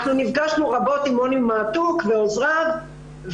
נפגשנו רבות עם רוני מעתוק ועוזריו.